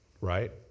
Right